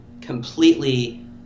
completely